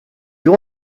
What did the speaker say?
you